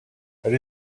elle